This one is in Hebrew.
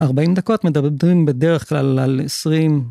40 דקות מדברים בדרך כלל על 20.